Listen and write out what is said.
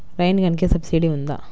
Rain గన్కి subsidy ఉందా?